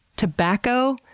tobacco,